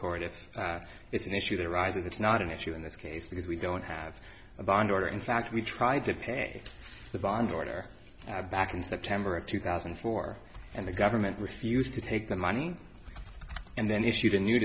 court if it's an issue that arises it's not an issue in this case because we don't have a bond order in fact we tried to pay the bond order back in september of two thousand and four and the government refused to take the money and then issued a new